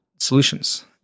solutions